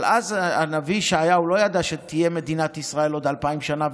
אבל אז הנביא ישעיהו לא ידע שתהיה מדינת ישראל עוד אלפיים שנה,